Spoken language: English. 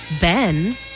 Ben